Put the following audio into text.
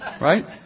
right